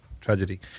tragedy